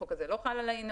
החוק הזה לא חל עלינו,